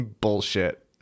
Bullshit